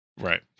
Right